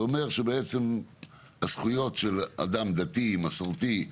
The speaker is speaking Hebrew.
זה בעצם אומר שהזכויות של אדם דתי, מסורתי,